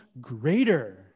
greater